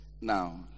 Now